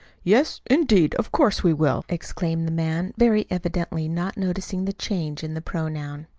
yes, indeed, of course we will! exclaimed the man, very evidently not noticing the change in the pronoun.